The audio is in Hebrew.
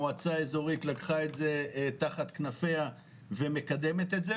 המועצה האזורית לקחה את זה תחת כנפיה ומקדמת את זה,